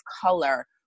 color